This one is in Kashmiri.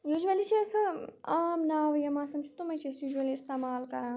یوٗجؤلی چھِ آسان عام ناوٕے یِم آسان چھِ تِمے چھِ أسۍ یوٗجؤلی اِستعمال کَران